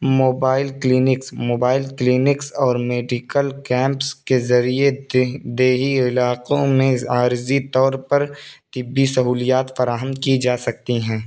mobile clinics mobile clinics اور medical camps کے ذریعے دیہی علاقوں میں عارضی طور پر طبی سہولیات فراہم کی جا سکتی ہیں